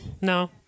No